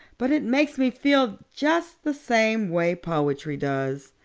but it makes me feel just the same way poetry does.